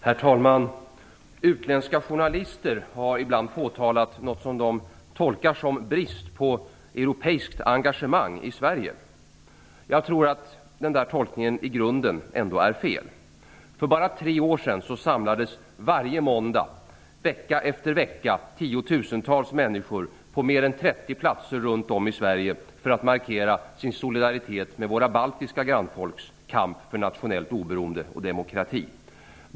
Herr talman! Utländska journalister har ibland påtalat något som de tolkar som brist på europeiskt engagemang i Sverige. Jag tror att den tolkningen i grunden ändå är fel. För bara tre år sedan samlades varje måndag, vecka efter vecka, tiotusentals människor på mer än 30 platser runt om i Sverige för att markera sin solidaritet med våra baltiska grannfolks kamp för nationellt oberoende och demokrati.